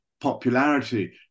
popularity